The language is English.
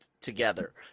together